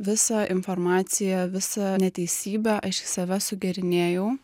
visą informaciją visą neteisybę aš į save sugerinėjau